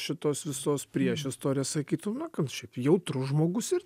šitos visos priešistorės sakytų na gan šiaip jautrus žmogus ir